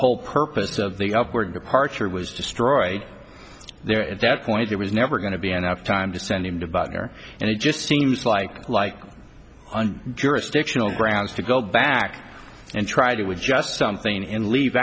whole purpose of the upward departure was destroyed there at that point there was never going to be enough time to send him to butler and it just seems like like on jurisdictional grounds to go back and try to with just something and leave